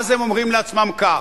הם אומרים לעצמם כך: